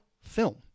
film